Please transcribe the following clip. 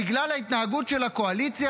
בגלל ההתנהגות של הקואליציה,